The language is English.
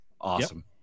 Awesome